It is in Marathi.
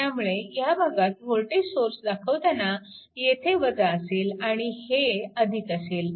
त्यामुळे ह्या भागात वोल्टेज सोर्स दाखवताना येथे असेल आणि हे असेल